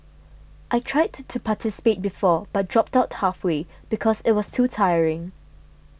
I tried to participate before but dropped out halfway because it was too tiring